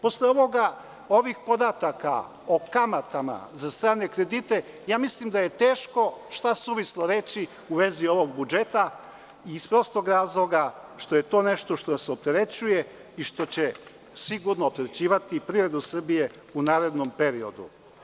Posle ovih podataka o kamatama za strane kredite, mislim da je teško nešto suvislo reći u vezi ovog budžeta iz prostog razloga što je to nešto što se opterećuje i što će sigurno opterećivati privredu Srbije u narednom periodu.